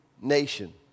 nation